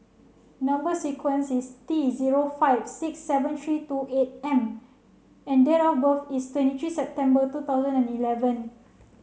number sequence is T zero five six seven three two eight M and date of birth is twenty three September two thousand and eleven